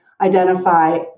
identify